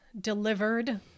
delivered